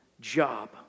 job